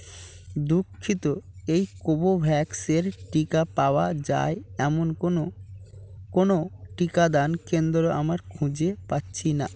দুঃখিত এই কোবোভ্যাক্সের টিকা পাওয়া যায় এমন কোনো কোনো টিকাদান কেন্দ্র আমার খুঁজে পাচ্ছি না